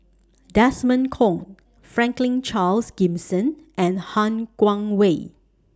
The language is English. Desmond Kon Franklin Charles Gimson and Han Guangwei